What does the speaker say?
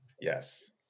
Yes